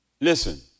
Listen